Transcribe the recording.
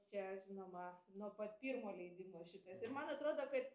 čia žinoma nuo pat pirmo leidimo šitas ir man atrodo kad